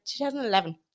2011